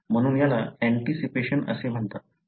म्हणून याला ऍंटीसिपेशन असे म्हणतात